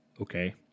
Okay